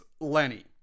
Lenny